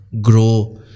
grow